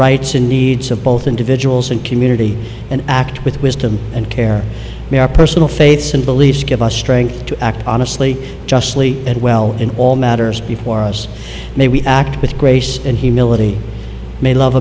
rights and needs of both individuals and community and act with wisdom and care in our personal faiths and beliefs give us strength to act honestly justly and well in all matters before us may we act with grace and humility may love